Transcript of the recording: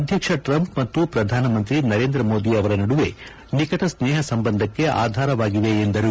ಅದ್ವಕ್ಷ Trump ಮತ್ತು ಪ್ರಧಾನಮಂತ್ರಿ ನರೇಂದ್ರಮೋದಿ ಅವರ ನಡುವೆ ನಿಕಟ ಸ್ನೇಹ ಸಂಬಂಧಕ್ಕೆ ಆಧಾರವಾಗಿವೆ ಎಂದರು